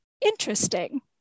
interesting